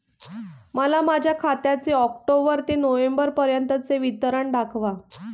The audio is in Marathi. मला माझ्या खात्याचे ऑक्टोबर ते नोव्हेंबर पर्यंतचे विवरण दाखवा